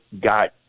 got